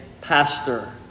pastor